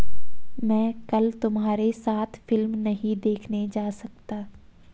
मैं कल तुम्हारे साथ फिल्म नहीं देखने जा सकता